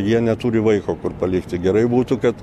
jie neturi vaiko kur palikti gerai būtų kad